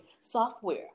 software